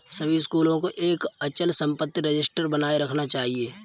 सभी स्कूलों को एक अचल संपत्ति रजिस्टर बनाए रखना चाहिए